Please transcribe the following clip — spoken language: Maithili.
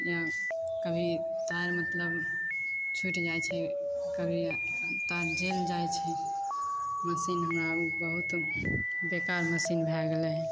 या कभी तार मतलब छुटि जाइ छै कभी तार जलि जाइ छै मशीन हमरा बहुत बेकार मशीन भै गेलै हइ